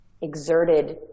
exerted